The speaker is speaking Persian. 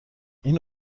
این